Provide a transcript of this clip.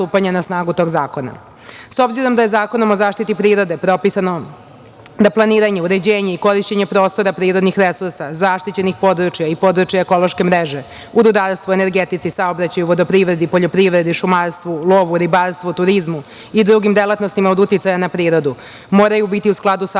stupanja na snagu tog zakona.S